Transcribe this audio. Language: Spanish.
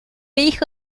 hijo